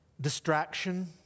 distraction